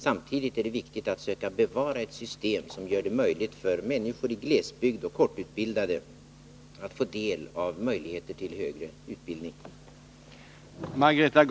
Samtidigt är det viktigt att söka bevara ett system som gör det möjligt för människor i glesbygd och kortutbildade att få del av möjligheter till högre utbildning.